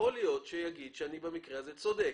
ויכול להיות שיאמר שבמקרה הזה היא צודקת.